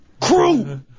crew